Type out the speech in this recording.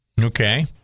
Okay